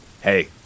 Hey